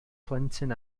plentyn